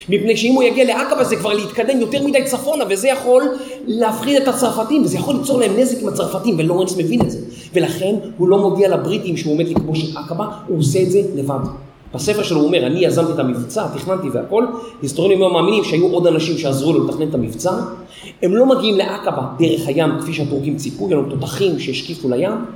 מפני שאם הוא יגיע לעקבה זה כבר להתקדם יותר מדי צפונה וזה יכול להפחיד את הצרפתים וזה יכול ליצור להם נזק עם הצרפתים ולורנס מבין את זה. ולכן, הוא לא מודיע לבריטים שהוא עומד לכבוש עכבה, הוא עושה את זה לבד בספר שלו הוא אומר, אני יזמתי את המבצע, תכננתי והכל היסטוריונים מאוד מאמינים שהיו עוד אנשים שעזרו לו לתכנן את המבצע הם לא מגיעים לעקבה דרך הים כפי שהדורגים ציפו, היו תותחים שהשקיפו לים